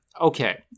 Okay